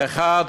א.